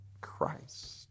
Christ